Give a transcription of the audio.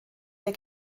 der